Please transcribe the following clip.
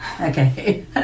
Okay